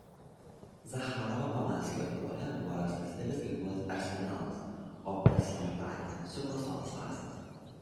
zacharovo pamaskvio viloje buvo rastas didelis ginklų arsenalas o pas jį patį suklastotas pasas